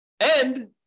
And-